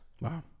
Wow